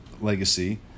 legacy